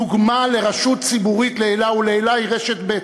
דוגמה לרשות ציבורית לעילא ולעילא היא רשת ב'.